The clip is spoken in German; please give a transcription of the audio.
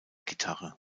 gitarre